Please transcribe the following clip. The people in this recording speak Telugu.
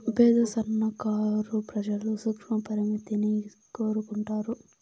పేద సన్నకారు ప్రజలు సూక్ష్మ పరపతిని కోరుకుంటారు